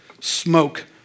smoke